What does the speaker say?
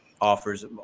offers